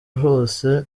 zose